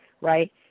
right